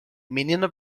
menina